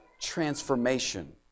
transformation